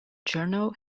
journal